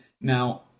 Now